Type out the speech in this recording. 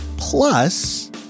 Plus